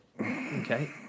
Okay